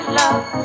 love